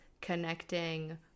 connecting